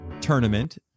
tournament